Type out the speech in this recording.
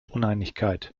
uneinigkeit